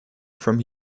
form